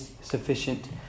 sufficient